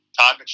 Todd